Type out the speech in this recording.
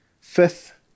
Fifth